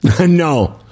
No